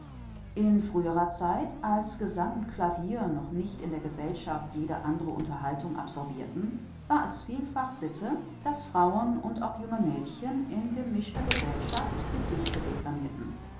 in früherer zeit als gesang und clavier noch nicht in der gesellschaft jede andre unterhaltung absorbirten war es vielfach sitte daß frauen und auch junge mädchen in gemischter gesellschaft gedichte